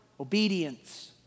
obedience